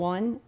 One